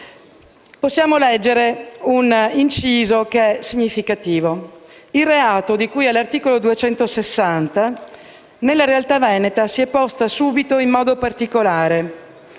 possiamo leggere un inciso significativo: «il reato di cui all'articolo 260, nella realtà veneta, si è posto subito in modo particolare